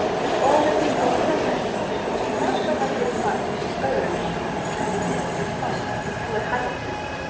that all that we call progress is not so much response to urge as it is response to a hiatus